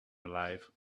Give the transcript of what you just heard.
alive